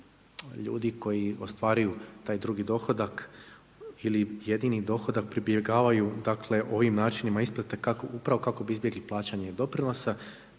ljudi koji ostvaruju taj drugi dohodak ili jedini dohodak pribjegavaju, dakle ovim načinima isplate upravo kako bi izbjegli plaćanje doprinosa.